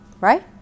right